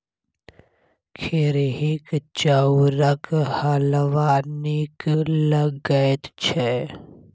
खेरहीक चाउरक हलवा नीक लगैत छै